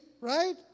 right